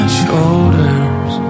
shoulders